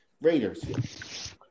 Raiders